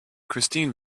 christine